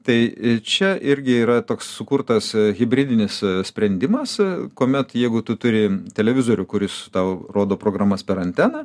tai čia irgi yra toks sukurtas hibridinis sprendimas kuomet jeigu tu turi televizorių kuris tau rodo programas per anteną